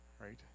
Right